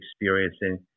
experiencing